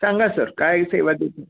सांगा सर काय सेवा देतील